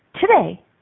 today